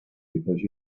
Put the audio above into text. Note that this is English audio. because